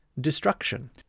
destruction